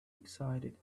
excited